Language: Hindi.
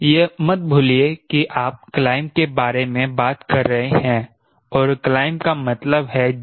यह मत भूलिए कि आप क्लाइंब के बारे में बात कर रहे हैं और क्लाइंब का मतलब है G